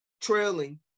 trailing